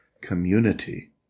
community